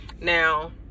now